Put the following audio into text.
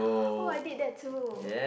oh I did that too